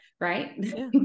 right